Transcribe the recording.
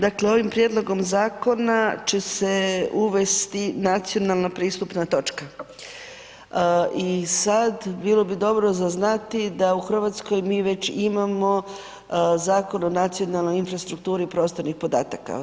Dakle, ovim prijedlogom zakona će se uvesti nacionalna pristupna točka i sad, bilo bi dobro za znati da mi u Hrvatskoj već imamo Zakon o nacionalnoj infrastrukturi prostornih podataka.